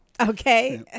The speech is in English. Okay